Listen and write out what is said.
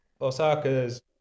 Osaka's